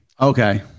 Okay